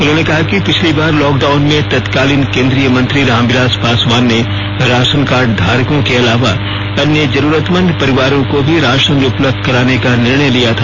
उन्होंने कहा कि पिछली बार लॉकडाउन में तत्कालीन केंद्रीय मंत्री रामविलास पासवान ने राशन कार्ड धारकों के अलावा अन्य जरूरतमंद परिवारों को भी राशन उपलब्ध कराने का निर्णय लिया था